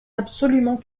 absolument